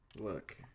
Look